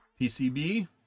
PCB